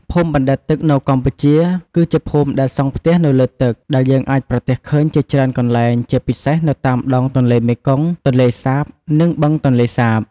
ភូមិបណ្ដែតទឹកនៅកម្ពុជា គឺជាភូមិដែលសង់ផ្ទះនៅលើទឹក ដែលយើងអាចប្រទះឃើញជាច្រើនកន្លែង ជាពិសេសនៅតាមដងទន្លេមេគង្គ ទន្លេសាប និងបឹងទន្លេសាប។